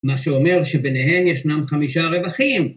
‫מה שאומר שביניהם ישנם חמישה רווחים.